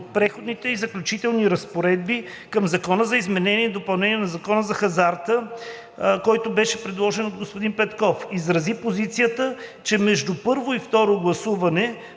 от Преходните и заключителни разпоредби към Закона за изменение и допълнение на Закона за хазарта, който беше предложен от господин Петков. (обн., ДВ, бр. …). Изрази позиция, че между първо и второ гласуване